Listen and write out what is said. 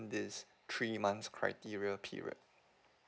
this three months criteria period